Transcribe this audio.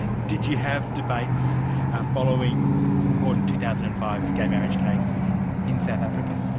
did you have debates following the important two thousand and five gay marriage case in south africa?